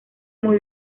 muy